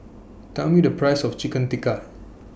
Tell Me The Price of Chicken Tikka